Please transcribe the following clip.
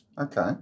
Okay